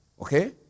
Okay